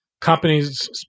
companies